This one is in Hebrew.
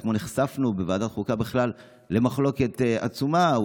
אתמול נחשפנו בוועדת החוקה למחלוקת עצומה,